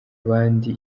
abandi